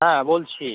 হ্যাঁ বলছি